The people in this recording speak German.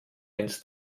ins